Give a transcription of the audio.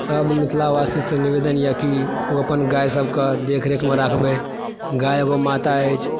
सब मिथिलावासी सऽ निवेदन इएह कि ओ अपन गाय सबके देखरेखमे राखबै गाय एगो माता अछि